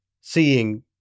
seeing